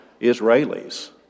Israelis